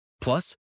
Plus